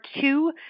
two